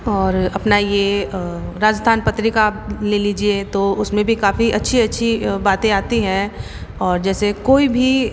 और अपना ये राजस्थान पत्रिका आप ले लिजिए तो उसमें भी काफ़ी अच्छी अच्छी बातें आती हैं और जैसे कोई भी